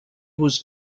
was